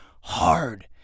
hard